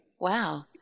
Wow